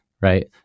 Right